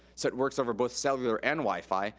so it works over both cellular and wifi,